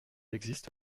existe